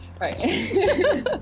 Right